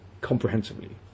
comprehensively